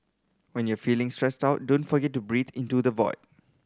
when you are feeling stressed out don't forget to breathe into the void